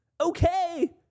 Okay